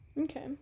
okay